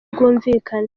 bwumvikane